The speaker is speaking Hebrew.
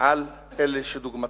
על אלה כדוגמתכם.